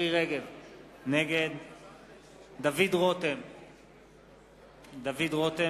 נגד דוד רותם,